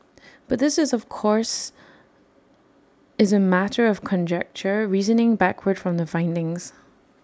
but this is of course is A matter of conjecture reasoning backward from the findings